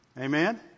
Amen